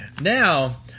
Now